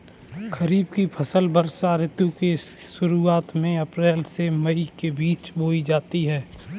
खरीफ की फसलें वर्षा ऋतु की शुरुआत में अप्रैल से मई के बीच बोई जाती हैं